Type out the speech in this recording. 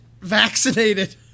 vaccinated